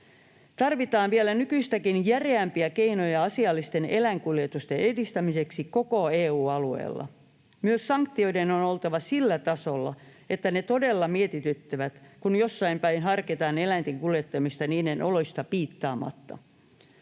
Tarvitaan vielä nykyistäkin järeämpiä keinoja asiallisten eläinkuljetusten edistämiseksi koko EU-alueella. Myös sanktioiden on oltava sillä tasolla, että ne todella mietityttävät silloin, kun jossain päin harkitaan eläinten kuljettamista niiden oloista piittaamatta.